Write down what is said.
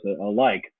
alike